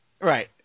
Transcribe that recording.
Right